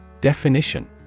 Definition